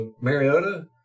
Mariota